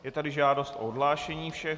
Je tady žádost o odhlášení všech.